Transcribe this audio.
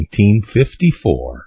1954